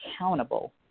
accountable